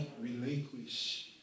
relinquish